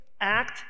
act